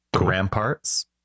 ramparts